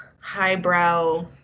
highbrow